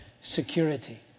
security